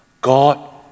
God